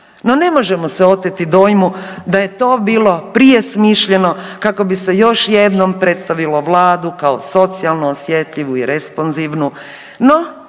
No ne možemo se oteti dojmu da je to bilo prije smišljeno kako bi se još jednom predstavilo vladu kao socijalno osjetljivu i responzivnu,